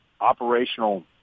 operational